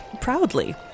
Proudly